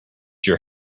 your